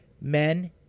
Men